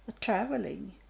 traveling